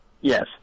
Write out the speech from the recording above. Yes